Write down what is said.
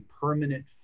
permanent